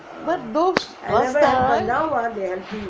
but those last time